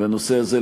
והנושא הזה,